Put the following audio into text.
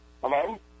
Hello